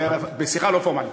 זה בשיחה לא פורמלית.